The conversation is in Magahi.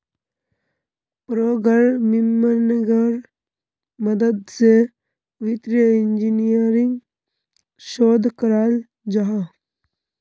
प्रोग्रम्मिन्गेर मदद से वित्तिय इंजीनियरिंग शोध कराल जाहा